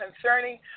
concerning